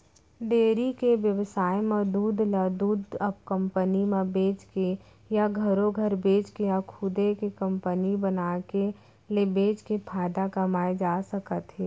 dairy के बेवसाय म दूद ल दूद कंपनी म बेचके या घरो घर बेचके या खुदे के कंपनी बनाके ले बेचके फायदा कमाए जा सकत हे